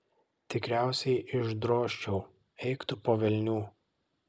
tikriausiai išdrožčiau eik tu po velnių